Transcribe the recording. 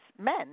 men